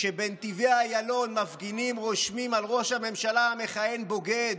כשבנתיבי איילון מפגינים רושמים על ראש הממשלה המכהן "בוגד".